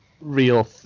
real